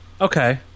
Okay